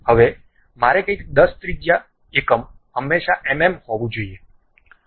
હવે મારે કંઈક 10 ત્રિજ્યા એકમ હંમેશાં mm હોવું જોઈએ